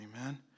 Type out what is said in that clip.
Amen